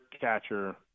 catcher